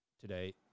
today—